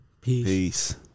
Peace